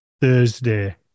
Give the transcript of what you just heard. Thursday